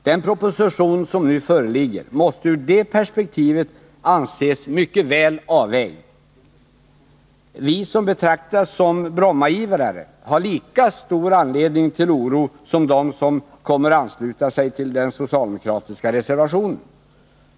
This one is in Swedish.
Den proposition som nu föreligger måste ur det perspektivet anses mycket väl avvägd. Vi som betraktas som Brommaivrare har lika stor anledning till oro som de som kommer att ansluta sig till den socialdemokratiska reservationen.